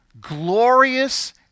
glorious